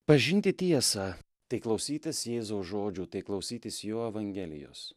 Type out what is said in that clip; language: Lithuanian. pažinti tiesą tai klausytis jėzaus žodžių tai klausytis jo evangelijos